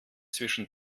zwischen